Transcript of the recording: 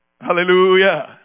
hallelujah